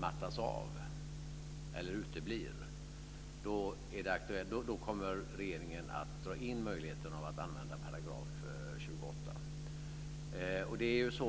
mattas av eller uteblir kommer regeringen att dra in möjligheten att använda 28 §.